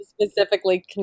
specifically